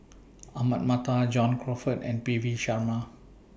Ahmad Mattar John Crawfurd and P V Sharma